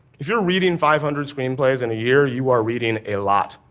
if you're reading five hundred screenplays in a year, you are reading a lot.